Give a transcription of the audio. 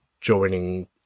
joining